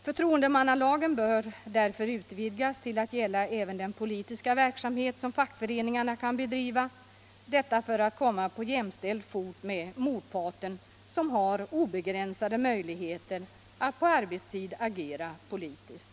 Förtroendemannalagen bör därför utvidgas till att gälla även den politiska verksamhet som fackföreningarna kan bedriva, detta för att arbetstagarna skall komma på jämställd fot med motparten, som har obegränsade möjligheter att på arbetstid agera politiskt.